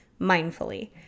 mindfully